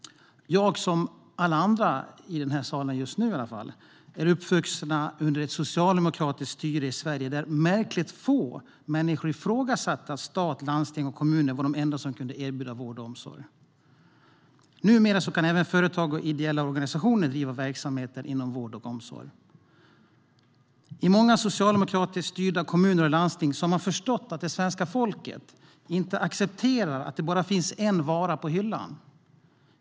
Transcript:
Jag, som alla andra i den här salen just nu, är uppvuxen under ett socialdemokratiskt styre i Sverige där märkligt få människor ifrågasatte att stat, landsting och kommuner var de enda som kunde erbjuda vård och omsorg. Numera kan även företag och ideella organisationer driva verksamheter inom vård och omsorg. I många socialdemokratiskt styrda kommuner och landsting har man förstått att det svenska folket inte accepterar att det bara finns en vara på hyllan.